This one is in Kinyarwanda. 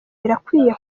birakwiye